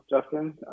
Justin